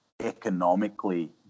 economically